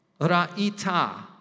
raita